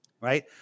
right